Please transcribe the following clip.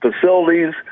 facilities